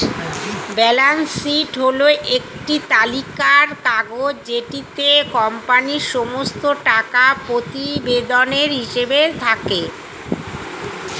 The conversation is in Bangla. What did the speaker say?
ব্যালান্স শীট হল একটি তালিকার কাগজ যেটিতে কোম্পানির সমস্ত টাকা প্রতিবেদনের হিসেব থাকে